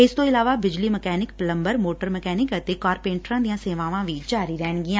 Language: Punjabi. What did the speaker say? ਇਸਤੋਂ ਇਲਾਵਾ ਬਿਜਲੀ ਮਕੈਨਿਕ ਪਲੰਬਰ ਮੋਟਰ ਮਕੈਨਿਕ ਅਤੇ ਕਾਰਪੇਂਟਰਾਂ ਦੀਆਂ ਸੇਵਾਵਾਂ ਵੀ ਜਾਰੀ ਰਹਿਣਗੀਆਂ